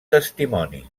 testimoni